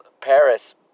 Paris